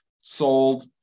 sold